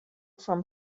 from